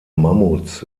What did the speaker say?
mammuts